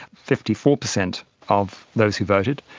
fifty four percent of those who voted,